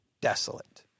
desolate